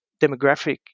demographic